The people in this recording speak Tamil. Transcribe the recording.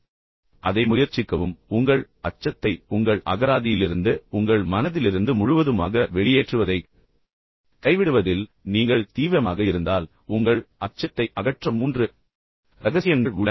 எனவே அதை முயற்சிக்கவும் உங்கள் அச்சத்தை உங்கள் அகராதியிலிருந்து உங்கள் மனதிலிருந்து முழுவதுமாக வெளியேற்றுவதைக் கைவிடுவதில் நீங்கள் உண்மையிலேயே தீவிரமாக இருந்தால் உங்கள் அச்சத்தை அகற்ற மூன்று ரகசியங்கள் உள்ளன